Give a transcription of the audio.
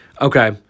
Okay